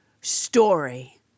story